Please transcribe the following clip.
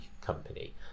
company